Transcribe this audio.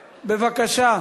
בבקשה.